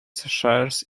shares